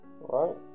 right